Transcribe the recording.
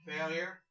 Failure